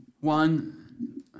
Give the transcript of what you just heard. One